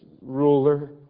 ruler